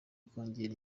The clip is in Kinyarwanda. kongera